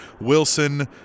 Wilson